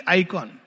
icon